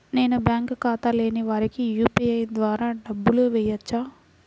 నేను బ్యాంక్ ఖాతా లేని వారికి యూ.పీ.ఐ ద్వారా డబ్బులు వేయచ్చా?